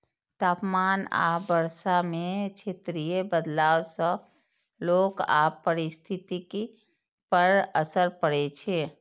तापमान आ वर्षा मे क्षेत्रीय बदलाव सं लोक आ पारिस्थितिकी पर असर पड़ै छै